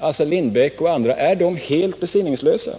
Assar Lindbeck och andra, helt besinningslösa?